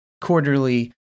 quarterly